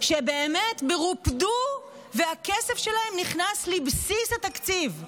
שבאמת רופדו והכסף שלהם נכנס לבסיס התקציב.